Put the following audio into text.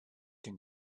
can